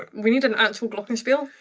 we need an actual glockenspiel.